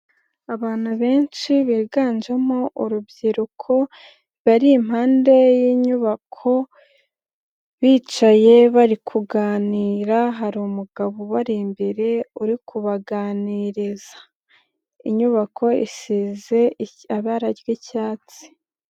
Abantu benshi biganjemo urubyiruko, bari impande y'inyubako bicaye bari kuganira, hari umugabo ubari imbere uri kubaganiriza. Inyubako isize ibara ry'icyatsi.